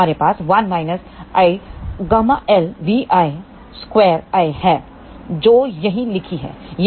हमारे पास 1 ¿ΓL∨¿2¿ है जो यहीं लिखा है